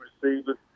receivers